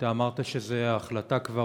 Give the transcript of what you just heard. אמרת שההחלטה כבר,